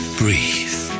breathe